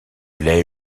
l’ai